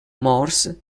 morse